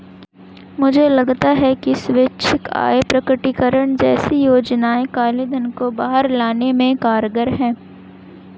मुझे लगता है कि स्वैच्छिक आय प्रकटीकरण जैसी योजनाएं काले धन को बाहर लाने में कारगर हैं